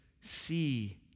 see